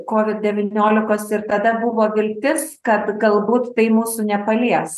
covid devyniolikos ir tada buvo viltis kad galbūt tai mūsų nepalies